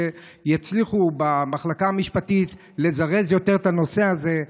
שיצליחו במחלקה המשפטית לזרז יותר את הנושא הזה,